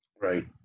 Right